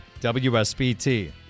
WSBT